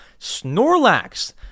Snorlax